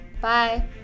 Bye